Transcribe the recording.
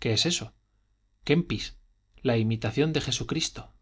qué es eso kempis la imitación de jesucristo